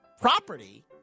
property